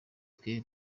twe